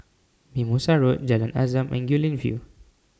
Mimosa Road Jalan Azam and Guilin View